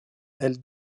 elle